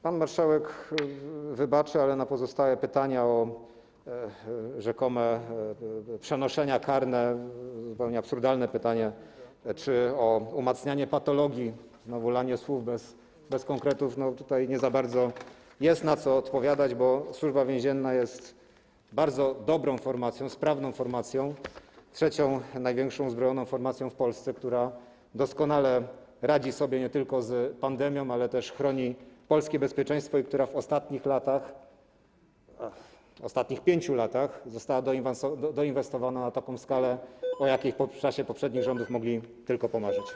Pan marszałek wybaczy, ale jeśli chodzi o pozostałe pytania o rzekome przenoszenia karne - zupełnie absurdalne pytania - czy o umacnianie patologii - znowu lanie słów bez konkretów - nie za bardzo jest na co odpowiadać, bo Służba Więzienna jest bardzo dobrą formacją, sprawną formacją, trzecią pod względem wielkości uzbrojoną formacją w Polsce, która doskonale radzi sobie nie tylko z pandemią, ale też chroni polskie bezpieczeństwo, i która w ostatnich latach, w ostatnich 5 latach została doinwestowana na taką skalę, o jakiej w czasie poprzednich rządów mogli tylko pomarzyć.